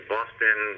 Boston